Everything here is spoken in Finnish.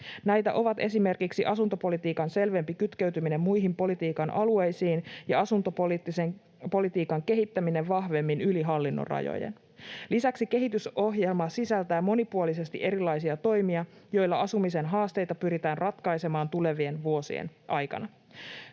Näitä ovat esimerkiksi asuntopolitiikan selvempi kytkeytyminen muihin politiikan alueisiin ja asuntopoliittisen politiikan kehittäminen vahvemmin yli hallinnonrajojen. Lisäksi kehitysohjelma sisältää monipuolisesti erilaisia toimia, joilla asumisen haasteita pyritään ratkaisemaan tulevien vuosien aikana.